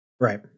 Right